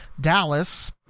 Dallas